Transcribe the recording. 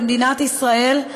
במדינת ישראל,